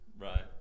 right